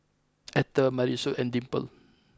Etter Marisol and Dimple